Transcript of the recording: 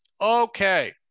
Okay